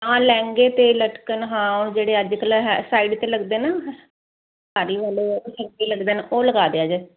ਆ ਲਹਿੰਗੇ ਤੇ ਲਟਕਣ ਹਾਂ ਉਹ ਜਿਹੜੇ ਅੱਜਕਲ ਸਾਈਡ ਤੇ ਲੱਗਦੇ ਨਾ ਉਹ ਲਗਾ ਦਿਆ ਜੇ